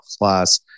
class